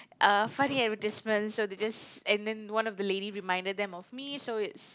a funny advertisement so they just and then one of the lady reminded them of me so it's